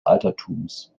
altertums